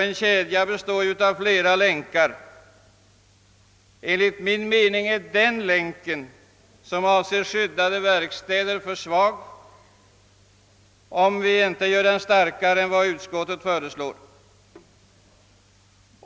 En kedja består av flera länkar. Enligt min mening är den länk som avser skyddade verkstäder för svag, om vi inte gör den starkare än utskottsmajoriteten föreslår.